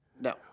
No